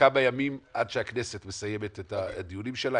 וכמה ימים עד שהכנסת מסיימת את הדיונים שלה?